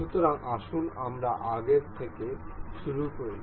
সুতরাং আসুন আমরা আগের থেকে শুরু করি